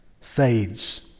fades